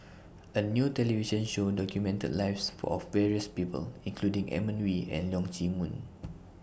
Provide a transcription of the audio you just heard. A New television Show documented The Lives of various People including Edmund Wee and Leong Chee Mun